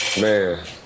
Man